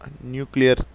nuclear